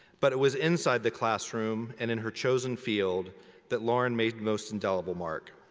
but it was inside the classroom and in her chosen field that lauren made most indelible mark.